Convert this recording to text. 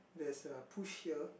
there is a push here